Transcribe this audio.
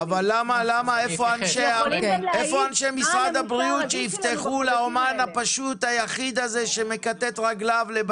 איפה אנשי הבריאות שיפתחו עבור האומן הפשוט שמכתת את רגליו.